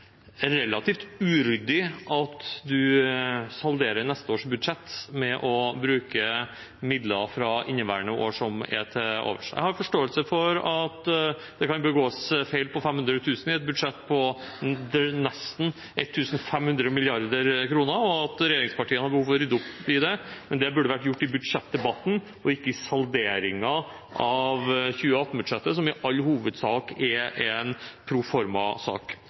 relativt uryddig at man salderer neste års budsjett ved å bruke midler fra inneværende år som er til overs. Jeg har forståelse for at det kan begås feil på 500 000 kr i et budsjett på nesten 1 500 mrd. kr, og at regjeringspartiene har behov for å rydde opp i det, men det burde vært gjort i budsjettdebatten og ikke i salderingen av 2018-budsjettet, som i all hovedsak er en